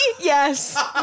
Yes